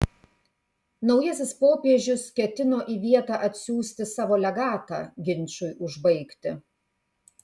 naujasis popiežius ketino į vietą atsiųsti savo legatą ginčui užbaigti